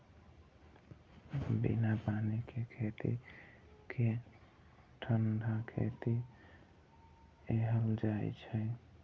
बिना पानि के खेती कें ठंढा खेती कहल जाइ छै